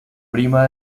prima